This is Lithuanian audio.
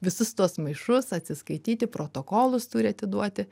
visus tuos maišus atsiskaityti protokolus turi atiduoti